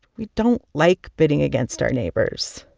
we don't like bidding against our neighbors.